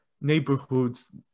neighborhoods